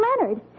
Leonard